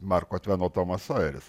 marko tveno tomas sojeris